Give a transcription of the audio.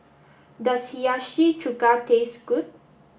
does Hiyashi Chuka taste good